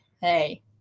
hey